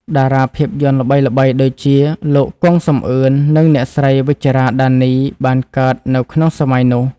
តារាភាពយន្តល្បីៗដូចជា លោក គង់ សំអឿន និងអ្នកស្រី វិជ្ជរា ដានី បានកើតនៅក្នុងសម័យនោះ។